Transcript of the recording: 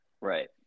Right